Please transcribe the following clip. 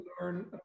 learn